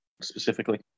specifically